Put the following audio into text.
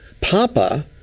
Papa